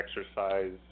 exercise